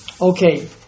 Okay